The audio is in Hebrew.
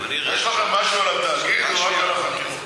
יש לכם גם משהו על התאגיד או רק על החקירות?